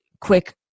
quick